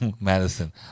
Madison